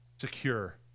secure